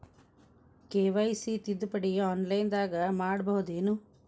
KYC ತಿದ್ದುಪಡಿ ಆನ್ಲೈನದಾಗ್ ಮಾಡ್ಬಹುದೇನು?